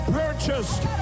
purchased